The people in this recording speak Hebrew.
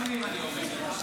כספים, אני אומר.